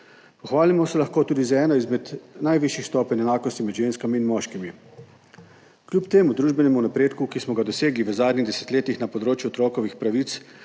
Pohvalimo se lahko tudi z eno izmed najvišjih stopenj enakosti med ženskami in moškimi. Kljub temu družbenemu napredku, ki smo ga dosegli v zadnjih desetletjih na področju otrokovih pravic,